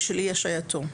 בשל אי-השעייתו,